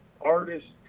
artists